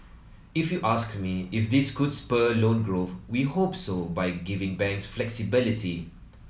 if you ask me if this could spur loan growth we hope so by giving banks flexibility